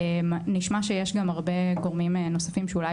נשמע שיש גם הרבה גורמים נוספים שאולי